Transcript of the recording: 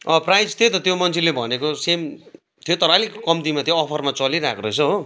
price त्यही त त्यो मान्छेले भनेको सेम थियो तर आलिक कम्तीमा थियो अफरमा चलिरहेको रहेछ हो